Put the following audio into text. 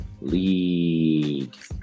League